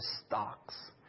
stocks